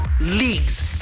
Leagues